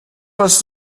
was